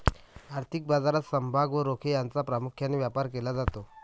आर्थिक बाजारात समभाग व रोखे यांचा प्रामुख्याने व्यापार केला जातो